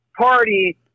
party